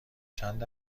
چند